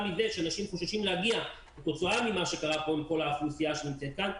מזה שאנשים חוששים להגיע כתוצאה ממה שקרה עם כל האוכלוסייה שנמצאת שם,